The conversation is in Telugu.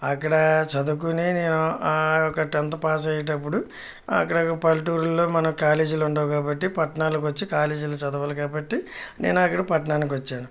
అక్కడ చదువుకునే నేను యొక్క టెన్త్ పాస్ అయ్యేటప్పుడు అక్కడ పల్లెటూర్లలో మనకు కాలేజీలు ఉండవు కాబట్టి పట్టణాలకు వచ్చి కాలేజీలు చదువాలి కాబట్టి నేను అక్కడ పట్టణానికి వచ్చాను